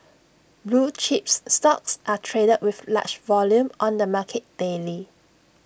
blue chips stocks are traded with large volume on the market daily